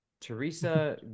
Teresa